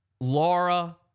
Laura